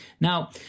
Now